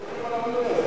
איך חותמים על המינוי הזה?